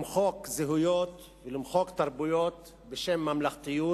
למחוק זהויות ולמחוק תרבויות בשם ממלכתיות,